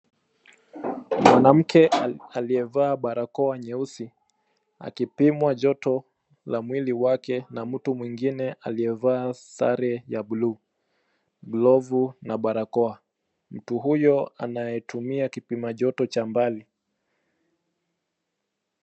Mwanamke aliye vaa barakoa nyeusi akipimwa joto la mwili wake na mtu mwingine aliyevaa sare ya bluu, glovu na barakoa. Mtu huyo anaye tumia kipima joto cha mbali.